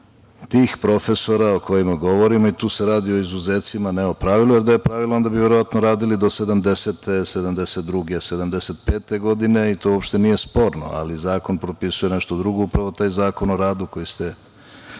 tih profesora o kojima govorim i tu se radi o izuzecima, ne o pravilu, jer da je pravilo, onda bi verovatno radili do 70, 72, 75. godine i to uopšte nije sporno, ali zakon propisuje nešto drugo. Upravo taj Zakon o radu koji ste